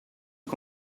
che